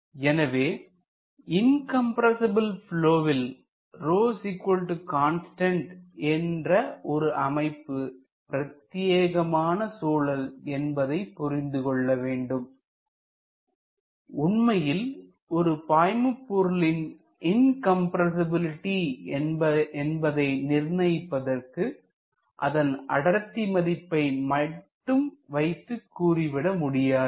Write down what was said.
எனவே இன்கம்ரசிபில் ப்லொவில்ρ Constant என்ற ஒரு அமைப்பு பிரத்தியேகமான சூழல் என்பதை புரிந்துகொள்ள வேண்டும் உண்மையில் ஒரு பாய்மபொருளின் இன்கம்ரசிபிலிட்டி என்பதை நிர்ணயிப்பதற்கு அதன் அடர்த்தி மதிப்பை மட்டும் வைத்து கூறிவிடமுடியாது